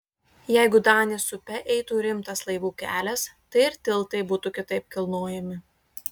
jeigu danės upe eitų rimtas laivų kelias tai ir tiltai būtų kitaip kilnojami